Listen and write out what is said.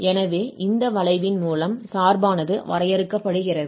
எனவே இந்த வளைவின் மூலம் சார்பானது வரையறுக்கப்படுகிறது